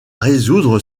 résoudre